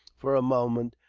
for a moment,